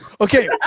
Okay